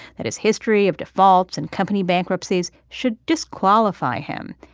that his history of defaults and company bankruptcies should disqualify him.